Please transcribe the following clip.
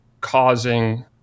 causing